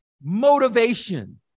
motivation